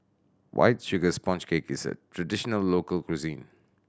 White Sugar Sponge Cake is a traditional local cuisine